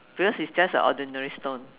because it's just an ordinary stone